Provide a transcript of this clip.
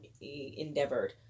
endeavored